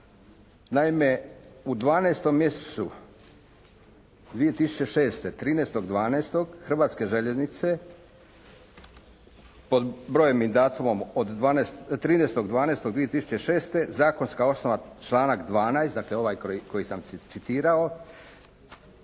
Naime, u 12. mjesecu 2006., 13.12. Hrvatske željeznice pod brojem i datumom od 13.12.2006. zakonska osnova članak 12., dakle ovaj koji sam citirao